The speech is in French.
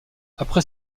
après